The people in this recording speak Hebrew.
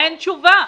תן תשובה.